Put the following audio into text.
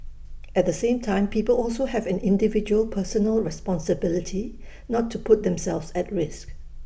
at the same time people also have an individual personal responsibility not to put themselves at risk